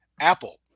Apple